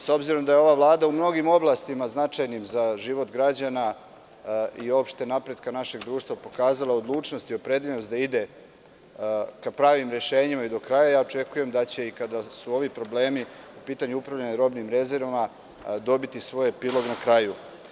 S obzirom da je ova Vlada u mnogim oblastima značajnim za život građana i uopšte napretka našeg društva pokazala odlučnost i opredeljenost da ide ka pravim rešenjima i do kraja, očekujem da će i kada su ovi problemi u pitanju, upravljanje robnim rezervama, dobiti svoj epilog na kraju.